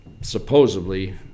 supposedly